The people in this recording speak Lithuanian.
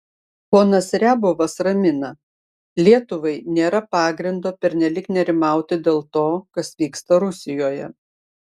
ponas riabovas ramina lietuvai nėra pagrindo pernelyg nerimauti dėl to kas vyksta rusijoje